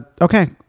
Okay